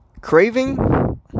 craving